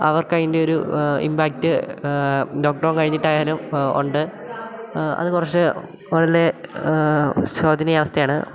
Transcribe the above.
അവർക്കതിൻറ്റെ ഒരു impact lockdown കഴിഞ്ഞിട്ടായാലും ഉണ്ട് അത് കുറച്ച് വളരെ ശോചനീയാവസ്ഥയാണ്